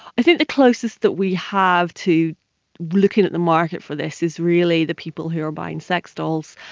i think the closest that we have to looking at the market for this is really the people who are buying sex dolls.